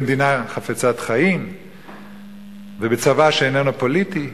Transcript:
במדינה חפצת חיים ובצבא שאיננו פוליטי,